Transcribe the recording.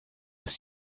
ist